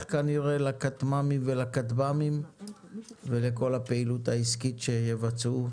כנראה לכטב"מים ולכטמ"מים ולכל הפעילות העסקית שיבצעו.